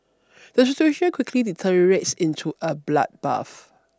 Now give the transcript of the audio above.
the situation quickly deteriorates into a bloodbath